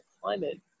climate